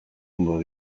ondo